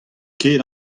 ket